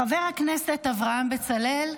חבר הכנסת אברהם בצלאל,